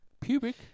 Pubic